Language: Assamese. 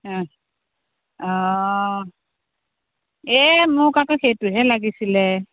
অহ অঁ এই মোক আকৌ সেইটোহে লাগিছিলে